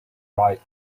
like